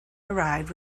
arrived